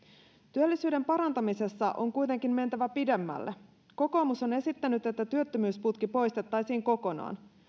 työllisyyden parantamisessa on kuitenkin mentävä pidemmälle kokoomus on esittänyt että työttömyysputki poistettaisiin kokonaan